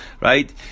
right